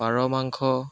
পাৰ মাংস